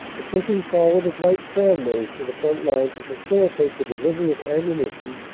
the pushing forward of light tramways to the front line to facilitate the delivery of ammunition,